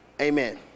Amen